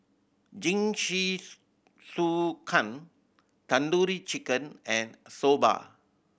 Jingisukan Tandoori Chicken and Soba